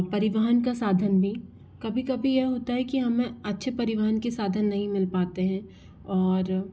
परिवहन का साधन भी कभी कभी या होता है कि हमें अच्छे परिवहन के साधन नहीं मिल पाते हैं और